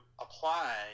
apply